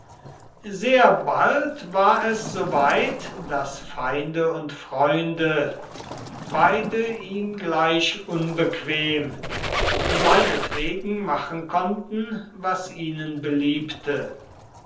sehr bald war er so weit daß feinde und freunde beide ihm gleich unbequem seinetwegen machen konnten was ihnen beliebte